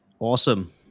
Awesome